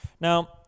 Now